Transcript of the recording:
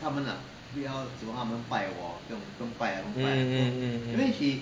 mm mm mm mm